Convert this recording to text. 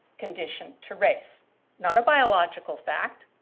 condition to race not a biological fact,